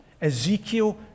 Ezekiel